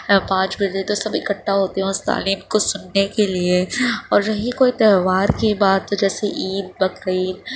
پانچ بجے تو سب اکٹھا ہوتے ہیں اس تعلیم کو سننے کے لیے اور رہی کوئی تیوہار کی بات تو جیسے عید بقرا عید